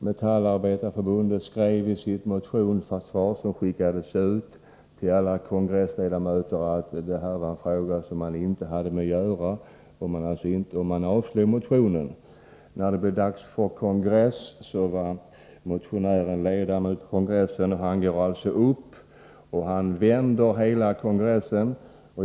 Metallarbetareförbundet skrev i sitt motionssvar, som skickades ut till alla kongressledamöter, att detta var en fråga som förbundet inte hade med att göra, och man avstyrkte motionen. När det blev dags för kongress var motionären ombud vid kongressen, och han gick upp och vände hela kongressen.